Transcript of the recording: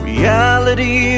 Reality